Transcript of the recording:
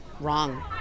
wrong